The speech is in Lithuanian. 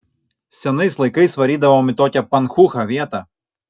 senais laikais varydavom į tokią pankūchą vietą